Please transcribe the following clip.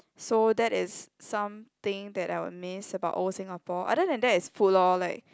so that is something that I will miss about old Singapore other than that is food lor like